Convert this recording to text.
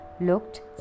looked